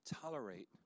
tolerate